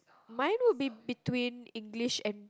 mine would be between English and